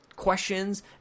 questions